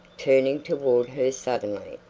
turning toward her suddenly.